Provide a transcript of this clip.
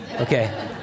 Okay